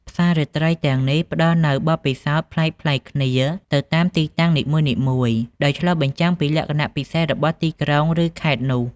ផ្សាររាត្រីទាំងនេះផ្ដល់នូវបទពិសោធន៍ប្លែកៗគ្នាទៅតាមទីតាំងនីមួយៗ ដោយឆ្លុះបញ្ចាំងពីលក្ខណៈពិសេសរបស់ទីក្រុង ឬខេត្តនោះ។